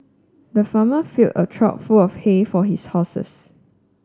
the farmer filled a trough full of hay for his horses